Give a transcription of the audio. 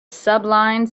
sublime